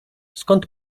skąd